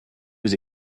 was